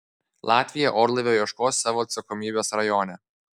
latvija orlaivio ieškos savo atsakomybės rajone